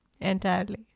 entirely